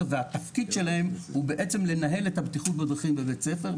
והתפקיד שלהם בעצם לנהל את הבטיחות בדרכים בבית הספר,